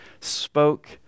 spoke